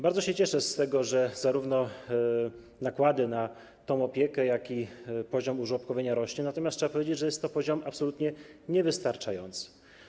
Bardzo się cieszę z tego, że zarówno nakłady na tę opiekę, jak i poziom użłobkowienia rosną, natomiast trzeba powiedzieć że jest to poziom absolutnie niewystarczający.